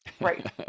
Right